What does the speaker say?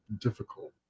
difficult